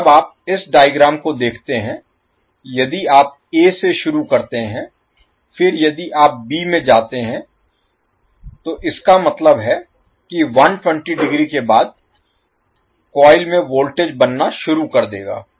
तो जब जब आप इस डायग्राम को देखते हैं यदि आप ए से शुरू करते हैं फिर यदि आप बी में जाते हैं तो इसका मतलब है कि 120 डिग्री के बाद कॉइल में वोल्टेज बनना शुरू कर देगा